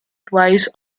twice